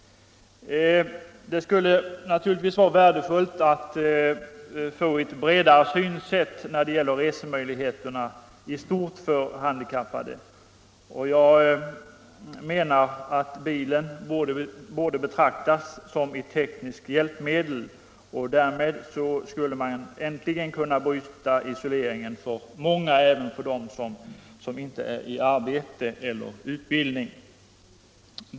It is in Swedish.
Det skulle naturligtvis vara värdefullt att få fram en bredare syn när det gäller resemöjligheterna för handikappade. Jag menar att bilen borde betraktas som ett tekniskt hjälpmedel. Därmed skulle man äntligen kunna bryta isoleringen för många, även för sådana som inte är i arbete eller utbildning.